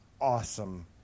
awesome